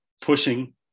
pushing